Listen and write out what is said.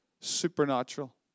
supernatural